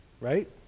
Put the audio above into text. Right